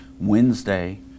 Wednesday